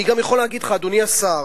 אני גם יכול להגיד לך, אדוני השר,